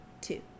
two